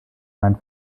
main